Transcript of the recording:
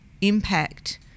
impact